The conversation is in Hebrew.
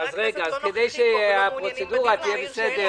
כדי שהפרוצדורה תהיה בסדר,